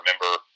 remember